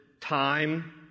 time